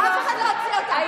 אף אחד לא הוציא אותה.